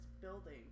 building